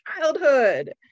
childhood